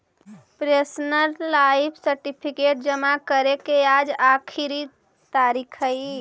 pensioner life certificate जमा करे के आज आखिरी तारीख हइ